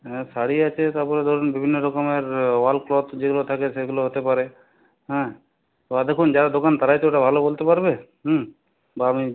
হ্যাঁ শাড়ি আছে তার পরে ধরুন বিভিন্ন রকমের ওয়াল ক্লথ যেগুলো থাকে সেগুলো হতে পারে হ্যাঁ এবার দেখুন যারা দোকান তারাই তো ওটা ভালো বলতে পারবে হুম বা আমি